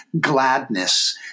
gladness